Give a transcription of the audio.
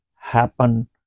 happen